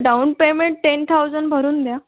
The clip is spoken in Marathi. डाऊन पेमेंट टेन थावजंड भरून द्या